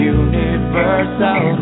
universal